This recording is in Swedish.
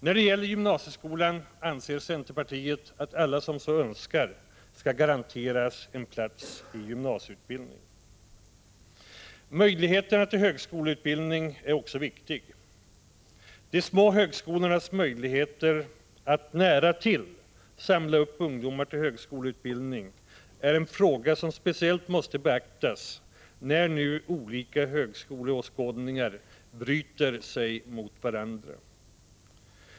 När det gäller gymnasieskolan anser centerpartiet att alla som så önskar skall garanteras plats i en gymnasieutbildning. Möjligheterna till högskoleutbildning är också viktiga. De små högskolornas möjligheter att ”nära till” samla upp ungdomar till högskoleutbildning måste speciellt beaktas nu när olika högskoleåskådningar bryts mot varandra.